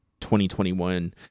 2021